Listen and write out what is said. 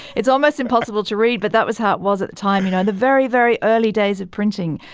it's almost impossible to read. but that was how it was at the time. you know, and the very, very early days of printing,